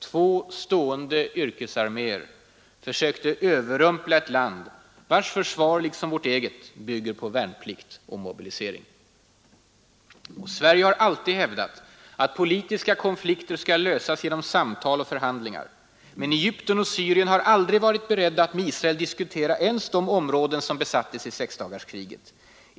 Två stående yrkesarméer försökte överrumpla ett land, vars försvar liksom vårt bygger på värnplikt och mobilisering. Sverige har alltid hävdat att politiska konflikter skall lösas genom samtal och förhandlingar. Men Egypten och Syrien har aldrig varit beredda att med Israel diskutera ens de områden som besattes i sexdagarskriget.